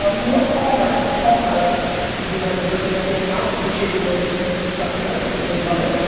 um you know call her, call her be like you're looking at the account, appreciate the order you just placed for the sancerre, see that you love it.